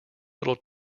little